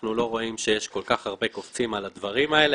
אנחנו לא רואים שיש כל כך הרבה קופצים על הדברים האלה.